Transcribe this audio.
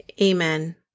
amen